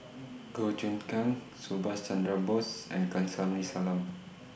Goh Choon Kang Subhas Chandra Bose and Kamsari Salam